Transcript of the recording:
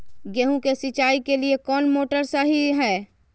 गेंहू के सिंचाई के लिए कौन मोटर शाही हाय?